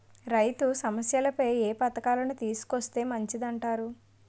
రైతు సమస్యలపై ఏ పథకాలను తీసుకొస్తే మంచిదంటారు?